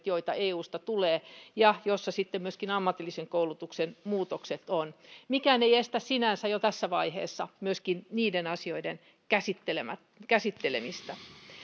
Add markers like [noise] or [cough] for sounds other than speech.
[unintelligible] joita eusta tulee ja joissa sitten myöskin ammatillisen koulutuksen muutokset ovat mikään ei estä sinänsä jo tässä vaiheessa myöskin niiden asioiden käsittelemistä